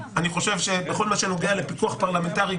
אני חושב שבכל מה שנוגע לפיקוח פרלמנטרי,